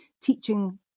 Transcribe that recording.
teaching